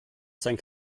sein